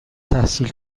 تحصیل